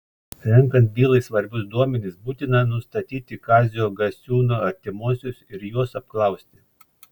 renkant bylai svarbius duomenis būtina nustatyti kazio gasiūno artimuosius ir juos apklausti